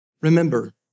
Remember